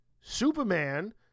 Superman